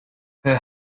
her